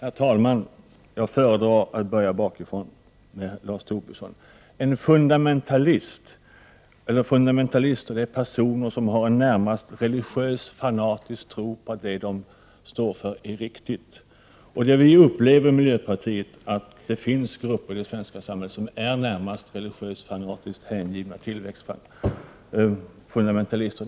Herr talman! Jag föredrar att börja bakifrån, med Lars Tobisson. Fundamentalister är personer som har en närmast religiöst fanatisk tro på att det de står för är riktigt. Det vi i miljöpartiet upplever är att det finns grupper i det svenska samhället som är närmast religiöst fanatiskt hängivna tillväxten: fundamentalister.